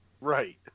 Right